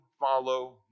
follow